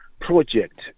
project